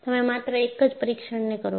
તમે માત્ર એક જ પરીક્ષણને કરો